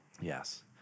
Yes